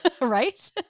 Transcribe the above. right